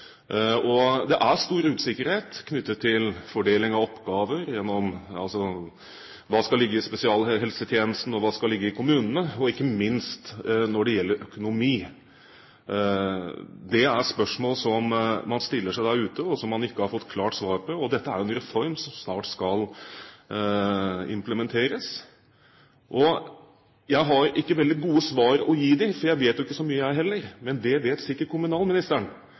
og det er: Hva skjer med Samhandlingsreformen? Sett i forhold til kommuneøkonomien vil dette få ganske store konsekvenser. Det er stor usikkerhet knyttet til fordeling av oppgaver: Hva skal ligge i spesialisthelsetjenesten, hva skal ligge i kommunene, og ikke minst når det gjelder økonomi? Det er spørsmål man stiller seg der ute, og som man ikke har fått klart svar på. Dette er jo en reform som snart skal implementeres. Jeg har ikke veldig gode svar å gi dem, for jeg vet ikke så mye, jeg heller. Men det vet sikkert kommunalministeren!